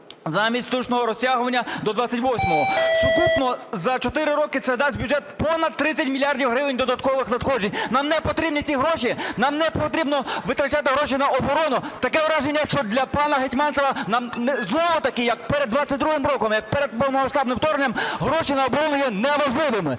замість штучного розтягування до 28-го. Сукупно за чотири роки це дасть в бюджет понад 30 мільярдів гривень додаткових надходжень. Нам не потрібні ці гроші? Нам не потрібно витрачати гроші на оборону? Таке враження, що для пана Гетманцева знову-таки як перед 22-м роком, як перед повномасштабним вторгненням гроші на оборону є неважливими.